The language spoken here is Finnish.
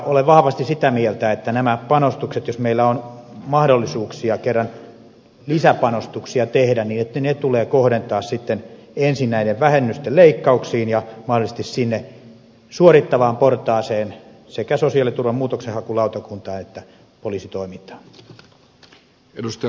olen vahvasti sitä mieltä että nämä panostukset jos meillä on mahdollisuuksia kerran lisäpanostuksia tehdä tulee kohdentaa sitten ensin näiden vähennysten leikkauksiin ja mahdollisesti sinne suorittavaan portaaseen sekä sosiaaliturvan muutoksenhakulautakuntaan että poliisitoimintaan